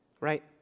right